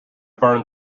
burned